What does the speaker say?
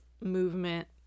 movement